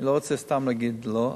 אני לא רוצה סתם להגיד, לא.